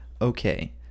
okay